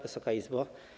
Wysoka Izbo!